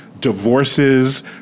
divorces